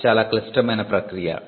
అది చాలా క్లిష్టమైన ప్రక్రియ